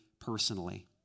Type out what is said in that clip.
personally